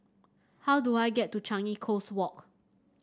how do I get to Changi Coast Walk